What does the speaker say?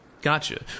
Gotcha